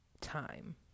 time